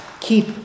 keep